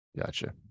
Gotcha